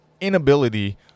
inability